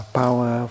power